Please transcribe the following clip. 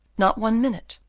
not one minute,